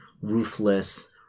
ruthless